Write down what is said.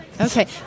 Okay